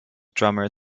drummer